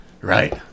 right